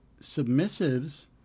submissives